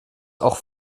auch